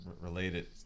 related